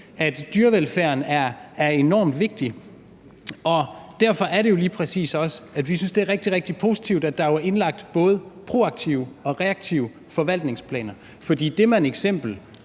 at dyrevelfærd er enormt vigtig, og derfor er det jo lige præcis også, at vi synes, det er rigtig, rigtig positivt, at der er indlagt både proaktive og reaktive forvaltningsplaner. Men jeg synes